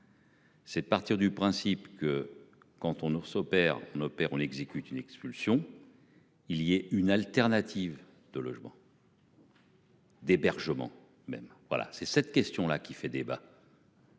C'est de partir du principe que quand on s'opère nos on exécute une expulsion. Il y a une alternative de logement. D'hébergement même voilà c'est cette question là qui fait débat.